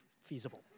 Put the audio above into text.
feasible